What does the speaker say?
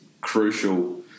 crucial